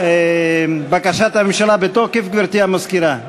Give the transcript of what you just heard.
בקשת הממשלה בתוקף, גברתי המזכירה?